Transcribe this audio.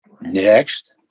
Next